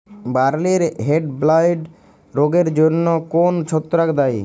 বার্লির হেডব্লাইট রোগের জন্য কোন ছত্রাক দায়ী?